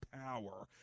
power